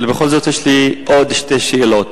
אבל בכל זאת יש לי עוד שתי שאלות.